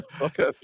okay